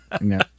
No